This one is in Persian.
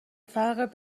فرق